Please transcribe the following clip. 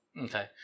Okay